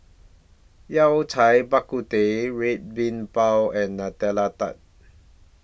Yao Cai Bak Kut Teh Red Bean Bao and Nutella Tart